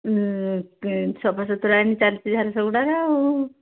ସଫା ସୁତୁରା ଏମିତି ଚାଲିଛି ଝାରସୁଗୁଡ଼ାରେ ଆଉ